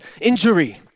injury